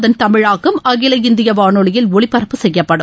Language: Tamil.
அதன் தமிழாக்கம் அகில இந்திய வானொலியில் ஒலிபரப்பு செய்யப்படும்